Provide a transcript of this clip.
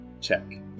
check